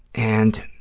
and